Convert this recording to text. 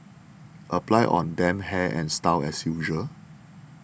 apply on damp hair and style as usual